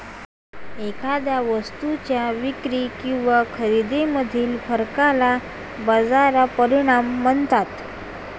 एखाद्या वस्तूच्या विक्री किंवा खरेदीमधील फरकाला बाजार परिणाम म्हणतात